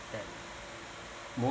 that